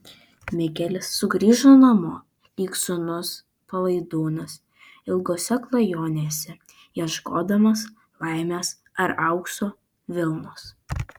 mikelis sugrįžo namo lyg sūnus palaidūnas ilgose klajonėse ieškodamas laimės ar aukso vilnos